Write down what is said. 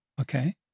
Okay